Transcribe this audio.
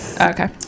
Okay